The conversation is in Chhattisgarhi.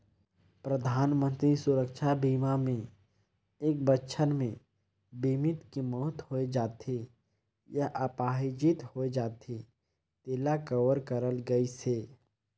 परधानमंतरी सुरक्छा बीमा मे एक बछर मे बीमित के मउत होय जाथे य आपाहिज होए जाथे तेला कवर करल गइसे